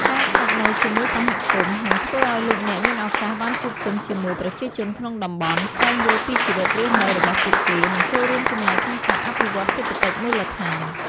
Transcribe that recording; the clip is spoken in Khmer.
ការស្នាក់នៅជាមួយសហគមន៍ នឹងធ្វើឱ្យលោកអ្នកមានឱកាសបានជួបជុំជាមួយប្រជាជនក្នុងតំបន់ ស្វែងយល់ពីជីវិតរស់នៅរបស់ពួកគេ និងចូលរួមចំណែកក្នុងការអភិវឌ្ឍន៍សេដ្ឋកិច្ចមូលដ្ឋាន។